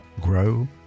grow